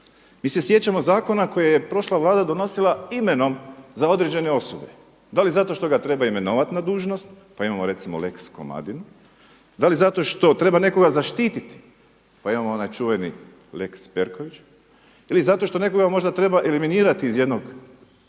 Mi se sjećamo zakona koje je prošla vlada donosila imenom za određene osobe. Da li zato što ga treba imenovati na dužnost, pa imamo recimo lex Komadinu, da li zato što treba nekoga zaštititi, pa imamo onaj čuveni lex Perković ili zato što nekoga možda treba eliminirati iz jednog